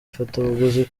ifatabuguzi